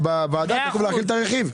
בוועדה צריכים להחיל את הרכיב.